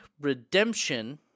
Redemption